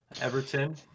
Everton